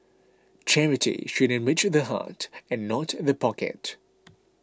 charity should enrich the heart and not in the pocket